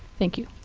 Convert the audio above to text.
thank you.